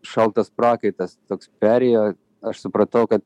šaltas prakaitas toks perėjo aš supratau kad